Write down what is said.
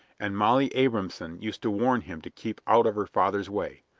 and molly abrahamson used to warn him to keep out of her father's way.